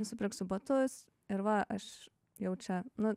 nusipirksiu batus ir va aš jau čia nu